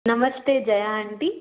Namaste Jaya aunty